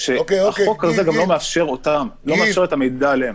החוק הזה לא מאפשר אפילו את המידע עליהן.